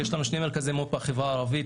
יש לנו שני מרכזי מו"פ בחברה הערבית,